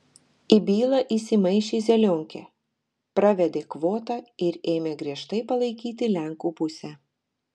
į bylą įsimaišė zelionkė pravedė kvotą ir ėmė griežtai palaikyti lenkų pusę